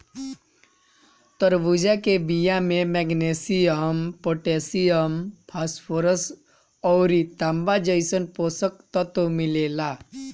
तरबूजा के बिया में मैग्नीशियम, पोटैशियम, फास्फोरस अउरी तांबा जइसन पोषक तत्व मिलेला